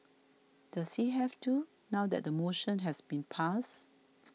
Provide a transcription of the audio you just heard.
does he have to now that the motion has been passed